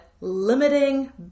limiting